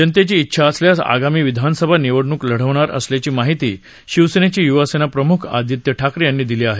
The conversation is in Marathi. जनतेची इच्छा असल्यास गामी विधानसभा निवडणूक लढवणार असल्याची माहिती शिवसेनेचे युवासेना प्रमुख दित्य ठाकरे यांनी दिली हे